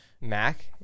Mac